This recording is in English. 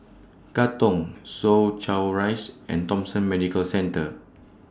Katong Soo Chow Rise and Thomson Medical Centre